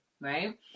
right